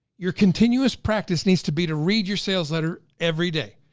your continuous practice needs to be to read your sales letter every day.